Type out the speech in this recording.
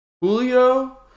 Julio